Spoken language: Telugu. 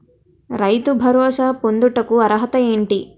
రైతు భరోసా పొందుటకు అర్హత ఏంటి?